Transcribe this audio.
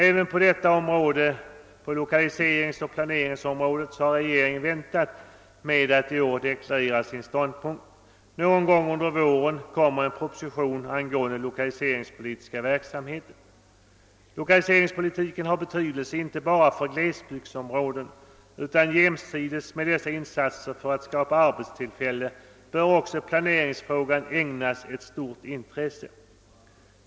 Även på detta område — på lokaliseringsoch planeringsområdet — har regeringen väntat med att deklarera sin ståndpunkt. Någon gång under våren kommer en proposition angående den lokaliseringspolitiska verksamheten. Lokaliseringspolitiken har betydelse inte bara inom glesbygdsområden. Jämsides med dessa insatser för att skapa arbetstillfällen bör också planeringsfrågan ägnas ett stort intresse.